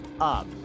up